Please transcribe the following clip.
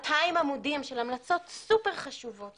200 עמודים של המלצות סופר חשובות,